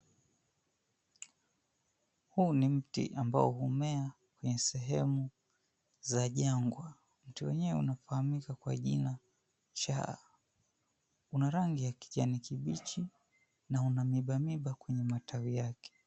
Huu ni mti ambao humea kwenye sehemu za jangwa. Mti wenyewe unafahamika kwa jina shara. Una rangi ya kijanikibichi na una mibamiba kwenye matawi yake.